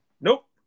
Nope